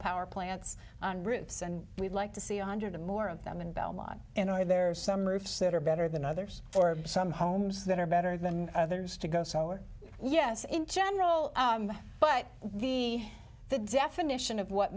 power plants on roofs and we'd like to see yonder to more of them in belmont and are there some roofs that are better than others or some homes that are better than others to go so or yes in general but the the definition of what